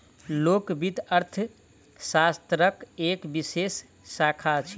लोक वित्त अर्थशास्त्रक एक विशेष शाखा अछि